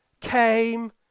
came